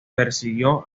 persiguió